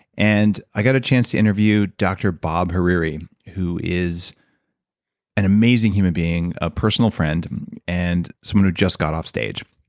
and i got a chance to interview dr. bob hariri who is an amazing human being, a personal friend and someone who just got off stage.